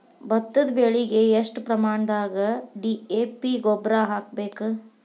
ಭತ್ತದ ಬೆಳಿಗೆ ಎಷ್ಟ ಪ್ರಮಾಣದಾಗ ಡಿ.ಎ.ಪಿ ಗೊಬ್ಬರ ಹಾಕ್ಬೇಕ?